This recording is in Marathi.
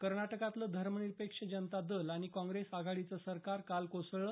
कर्नाटकातलं धर्मनिरपेक्ष जनता दल आणि काँग्रेस आघाडीचं सरकार काल कोसळलं